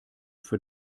für